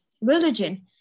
religion